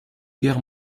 guerre